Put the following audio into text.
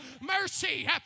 Mercy